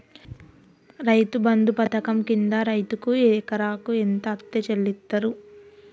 రైతు బంధు పథకం కింద రైతుకు ఎకరాకు ఎంత అత్తే చెల్లిస్తరు?